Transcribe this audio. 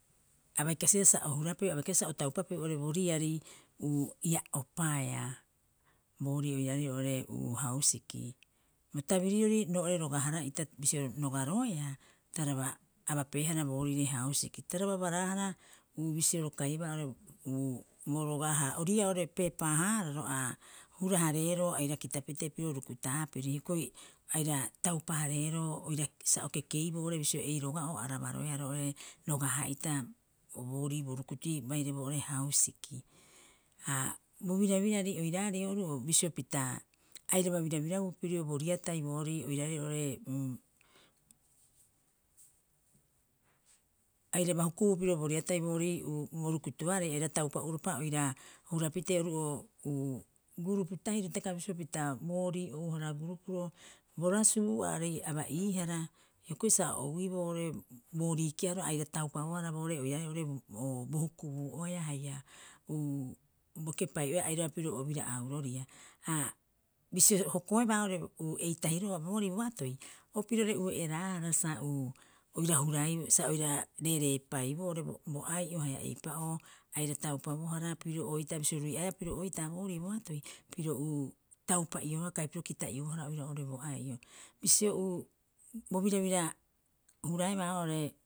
A baikasibaa sa o hurapeu a baikaisibaa sa o taupaepu oo'ore bo riari uu ia opaeea boorii oirarei oo'ore hausiki. Bo tabirirori roo'ore roga- hara'ita bisio rogaroeea taraba abapeehara boorire hausiki, taraba abaraahara bisio ro kaiebaa oo'ore uu bo roga haa ori'ii'aa oo'ore peepaa- haararo a hurahareero aira kitapitee pirio rukutaapiri. Hioko'i aira taupahareero oira sa o keikeiboo oo'ore bisio ei roga'oo abaroea roo'ore roga- haa'ita o boorii bo rukutui baire boo'ore hausiki. Ha bo birabirari oiraarei oru'oo bisio pita airaba birabirabuu pirio bo riatai boorii oiraarei oo'ore airaba hukubuu pirio bo riatai boorii bo rukutuarei aira taupa'uropa oira hurapitee oru'oo gurupu tahiro hitaka bisio pita boorii ouhara gurupuro. Bo rasuro aarei aba'iihara hioko'i sa o ouiiboo oo'ore boorii keharoo aira taupabohara boo'ore oiraae oo'ore bo hukubuu'oea haia bo kepai'oea airaba prio obira'auroria. Ha bisio hokoaba oo'ore ei tahiro'oo boori boatoi o pirore ue'eraahara sa oira huraiboo sa oira rerepaaiboo oo'ore bo ai'o haia eipa'oo aira taupabohara pirio oitaa bisio rui'aeea pirio oitaa boorii boatoi piro tapa'iobohar kai piro kita'iobohara oirau oo'ore bo ai'o. Bisio uu, bo birabira huraebaa oo'ore.